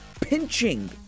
pinching